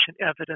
evidence